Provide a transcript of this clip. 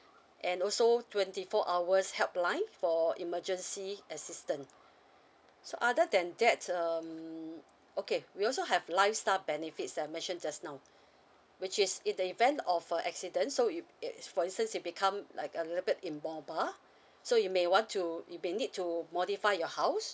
and also twenty four hours helpline for emergency assistance so other than that um okay we also have lifestyle benefits I mention just now which is in the event of a accident so if it's for instance you become like a little bit immobile so you may want to you may need to modify your house